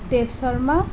Dev Sharma